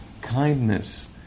kindness